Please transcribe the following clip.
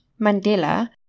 Mandela